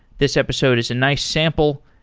this episode is a nice sample.